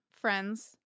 friends